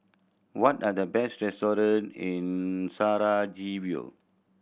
what are the best restaurant in Sarajevo